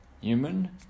human